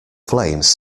flames